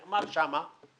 נאמר שם במפורש,